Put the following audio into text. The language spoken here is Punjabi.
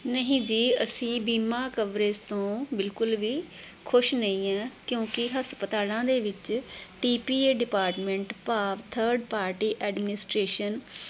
ਨਹੀਂ ਜੀ ਅਸੀਂ ਬੀਮਾ ਕਵਰੇਜ ਤੋਂ ਬਿਲਕੁਲ ਵੀ ਖੁਸ਼ ਨਹੀਂ ਹੈ ਕਿਉਂਕਿ ਹਸਪਤਾਲਾਂ ਦੇ ਵਿੱਚ ਟੀ ਪੀ ਏ ਡਿਪਾਰਟਮੈਂਟ ਭਾਵ ਥਰਡ ਪਾਰਟੀ ਐਡਮਿਨਿਸਟਰੇਸ਼ਨ